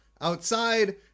outside